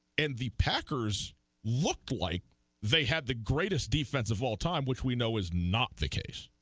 and the packers looked like they had the greatest defense of all time which we know was not the case